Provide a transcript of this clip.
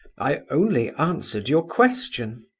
i only answered your question.